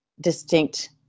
distinct